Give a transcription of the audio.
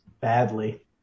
Badly